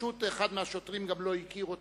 פשוט אחד מהשוטרים גם לא הכיר אותו,